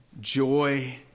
joy